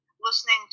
listening